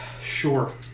Sure